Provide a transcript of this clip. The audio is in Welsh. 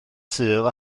sul